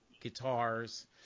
guitars